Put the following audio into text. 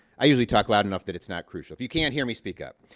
i usually talk loud enough that it's not crucial. if you can't hear me, speak up.